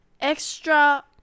extra